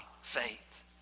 faith